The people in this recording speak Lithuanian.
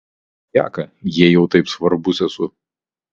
tai mesk majaką jei jau taip svarbus esu